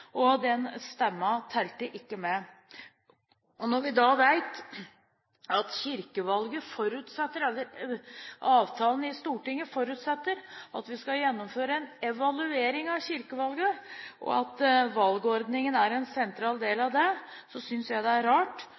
men den stemmen telte ikke med. Når vi da vet at avtalen i Stortinget forutsetter at vi skal gjennomføre en evaluering av kirkevalget, og at valgordningen er en sentral del av det, synes jeg det er rart